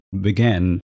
began